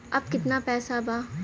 अब कितना पैसा बा?